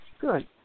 Good